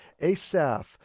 Asaph